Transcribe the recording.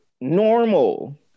normal